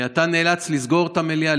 אתה נאלץ לסגור את המליאה,